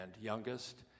youngest